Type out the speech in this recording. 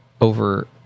over